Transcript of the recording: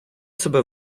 себе